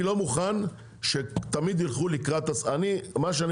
אני לא מוכן שתמיד ילכו לקראת --- אני מה שאני